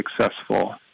successful